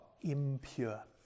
impure